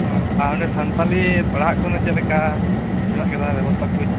ᱚᱸ ᱟᱨ ᱚᱸᱰᱮ ᱥᱟᱱᱛᱟᱞᱤ ᱯᱟᱲᱦᱟᱜ ᱠᱚᱫᱚ ᱪᱮᱫᱞᱮᱠᱟ ᱢᱮᱱᱟᱜ ᱟᱠᱟᱫᱟ ᱵᱮᱵᱚᱥᱛᱷᱟ ᱠᱚ